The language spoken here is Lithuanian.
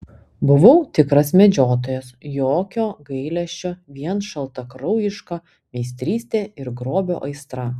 buvau tikras medžiotojas jokio gailesčio vien šaltakraujiška meistrystė ir grobio aistra